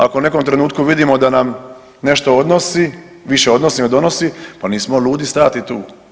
Ako u nekom trenutku vidimo da nam nešto odnosi, više odnosi nego donosi pa nismo ludi stajati tu.